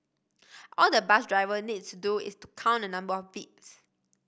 all the bus driver needs to do is to count the number of beeps